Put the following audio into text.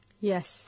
Yes